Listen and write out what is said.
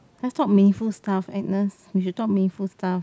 I talk Mei-Fu stuff Agnes we should talk Mei-Fu stuff